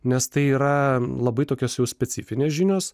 nes tai yra labai tokios jau specifinės žinios